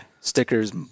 stickers